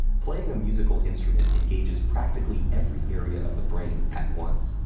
playing a musical instrument engages practically every area of the brain at once,